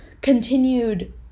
continued